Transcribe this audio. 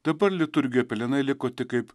dabar liturgijoj pelenai liko tik kaip